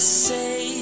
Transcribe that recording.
say